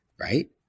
right